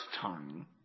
time